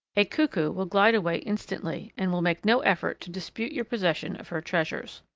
a cuckoo will glide away instantly and will make no effort to dispute your possession of her treasures.